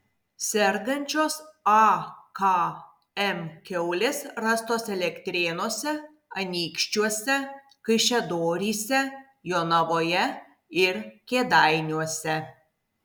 sergančios akm kiaulės rastos elektrėnuose anykščiuose kaišiadoryse jonavoje ir kėdainiuose